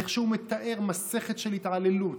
איך הוא מתאר מסכת של התעללות,